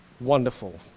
wonderful